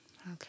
Okay